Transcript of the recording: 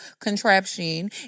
contraption